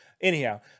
Anyhow